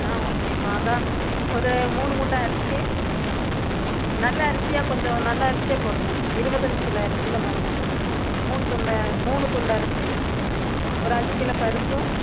ஆ ஓகேப்பா அதுதான் ஒரு மூணு மூட்டை அரிசி நல்ல அரிசியாக கொஞ்சம் நல்ல அரிசியாக போடுங்க இருபத்தி அஞ்சு கிலோ அரிசியில் மூணு மூட்டை மூணு துண்டு மூணு துண்டரிசி ஒரு அஞ்சு கிலோ பருப்பு